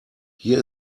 hier